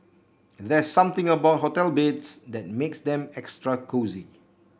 there's something about hotel beds that makes them extra cosy